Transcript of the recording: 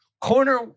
Corner